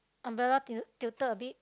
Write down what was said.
umbrella til~ tilted a bit